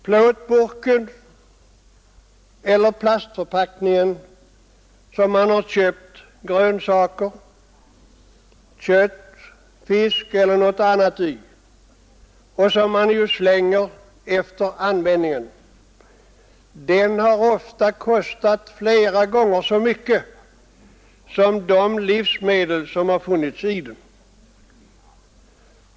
Plåtburken eller plastförpackningen som man har köpt grönsaker, kött, fisk eller något annat i och som man ju slänger efter användningen har ofta kostat flera gånger så mycket som de livsmedel som funnits i den.